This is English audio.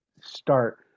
start